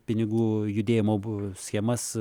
pinigų judėjimo bu schemas